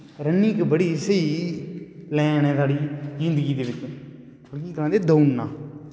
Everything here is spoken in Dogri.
रनिंग दी बड़ी स्हेई लैन ऐ साढ़ी जिन्दगी दे बिच्च मतलब दौड़ना